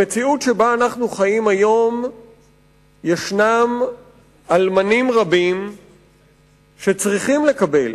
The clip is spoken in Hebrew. במציאות שבה אנחנו חיים היום יש אלמנים רבים שצריכים לקבל